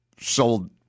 Sold